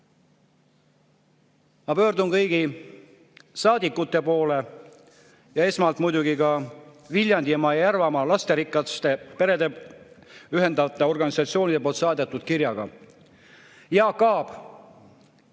pöördun kõigi saadikute poole, esmalt muidugi Viljandimaa ja Järvamaa lasterikkaid peresid ühendavate organisatsioonide poolt saadetud kirjaga. Jaak Aab,